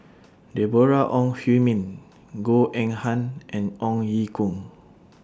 Deborah Ong Hui Min Goh Eng Han and Ong Ye Kung